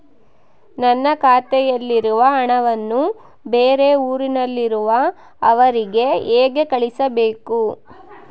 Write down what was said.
ನನ್ನ ಖಾತೆಯಲ್ಲಿರುವ ಹಣವನ್ನು ಬೇರೆ ಊರಿನಲ್ಲಿರುವ ಅವರಿಗೆ ಹೇಗೆ ಕಳಿಸಬೇಕು?